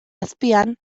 azpian